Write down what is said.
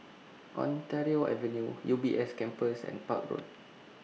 Ontario Avenue U B S Campus and Park Road